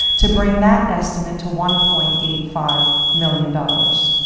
to bring that estimate to one point eight five million dollars.